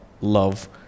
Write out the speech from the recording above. love